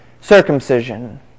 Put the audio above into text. circumcision